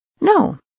No